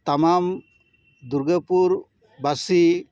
ᱛᱟᱢᱟᱢ ᱫᱩᱨᱜᱟᱹᱯᱩᱨ ᱵᱟᱹᱥᱤ